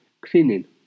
cleaning